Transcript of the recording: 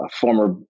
former